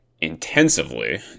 intensively